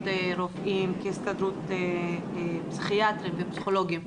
כהסתדרות פסיכיאטרים ופסיכולוגים,